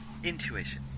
Intuition